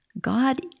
God